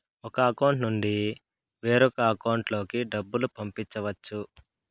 ఒక అకౌంట్ నుండి వేరొక అకౌంట్ లోకి డబ్బులు పంపించవచ్చు